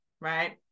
right